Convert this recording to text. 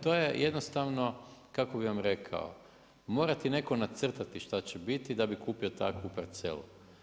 To je jednostavno, kako bi vam rekao, mora vam netko nacrata što će biti, da bi kupio takvu parcelu.